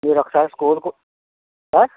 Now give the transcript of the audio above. మీరు ఒకసారి స్కూల్కు సార్